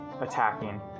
attacking